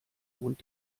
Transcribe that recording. und